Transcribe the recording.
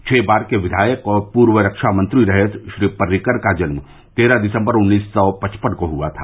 छह बार के विधायक और पूर्व रक्षा मंत्री रहे श्री पर्रिकर का जन्म तेरह दिसम्बर उन्नीस सौ पचपन को हुआ था